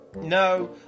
No